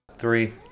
Three